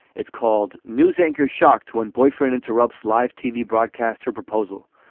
it's called news anchor shock to in boyfriend interrupts live tv broadcasts her proposal.